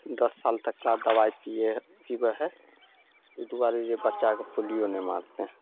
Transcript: दस साल तकला दबाइ पीयै हइ पीबय हइ ओइ दुआरे जे बच्चाके पोलियो नहि मारतै